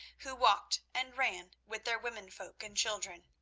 who walked and ran with their women folk and children.